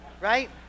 Right